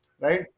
Right